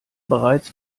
bereits